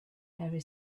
very